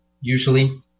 usually